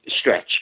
stretch